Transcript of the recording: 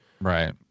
Right